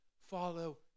Follow